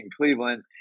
Cleveland